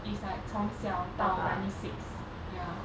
it's like 从小到 primary six ya